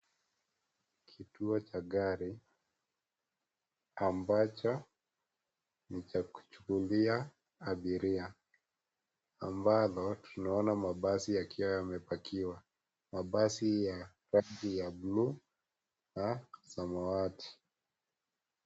Kituo cha gari ambacho ni cha kuchukulia abiria ambalo tunaona mabasi yakiwa yamepakiwa. Mabasi ya rangi ya buluu na samawati.